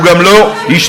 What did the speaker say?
הוא גם לא ישתכנע.